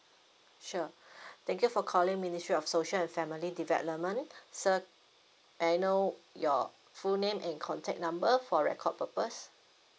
sure thank you for calling ministry of social and family development sir may I know your full name and contact number for record purpose